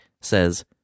says